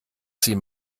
sie